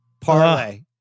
parlay